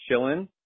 chillin